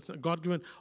God-given